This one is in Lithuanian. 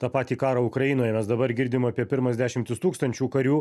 tą patį karą ukrainoj mes dabar girdim apie pirmas dešimtis tūkstančių karių